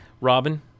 robin